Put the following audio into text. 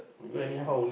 ya lah